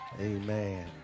Amen